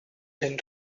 then